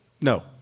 No